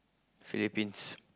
Philippines